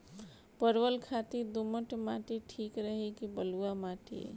परवल खातिर दोमट माटी ठीक रही कि बलुआ माटी?